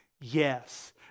Yes